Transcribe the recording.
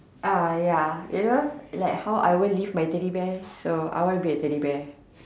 uh ya you know like how I won't leave my Teddy bear so I want to be a Teddy bear